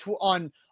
on